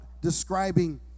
describing